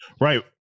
Right